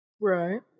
right